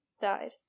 Died